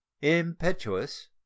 impetuous